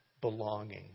Belonging